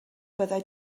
byddai